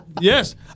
Yes